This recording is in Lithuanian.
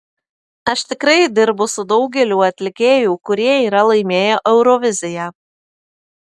aš tikrai dirbu su daugeliu atlikėjų kurie yra laimėję euroviziją